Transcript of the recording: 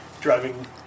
driving